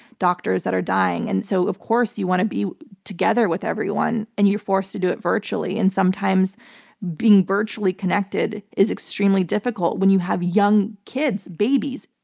doctors that are dying. and so of course you want to be together with everyone and you're forced to do it virtually. and sometimes being virtually connected is extremely difficult when you have young kids, babies,